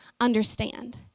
understand